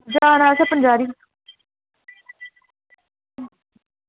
जाना असें पंचैरी